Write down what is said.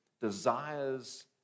desires